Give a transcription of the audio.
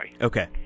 okay